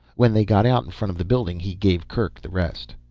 when they got out in front of the building he gave kerk the rest.